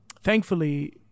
thankfully